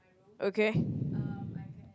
okay